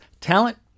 Talent